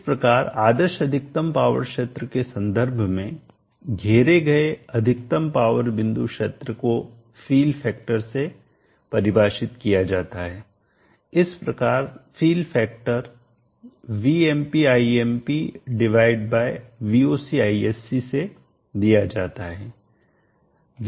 इस प्रकार आदर्श अधिकतम पावर क्षेत्र के संदर्भ में घेरे गए अधिकतम पावर बिंदु क्षेत्र को फील फैक्टर से परिभाषित किया जाता है इस प्रकार fill factor VmpImp divide by VocIsc से दिया जाता है